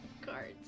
Cards